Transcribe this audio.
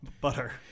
butter